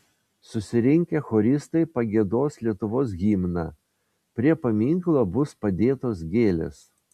susirinkę choristai pagiedos lietuvos himną prie paminklo bus padėtos gėlės